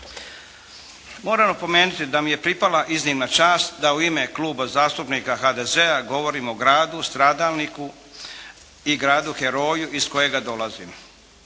Moram napomenuti da mi je pripala iznimna čast da u ime Kluba zastupnika HDZ-a govorim o gradu stradalniku i gradu heroju iz kojeg dolazim.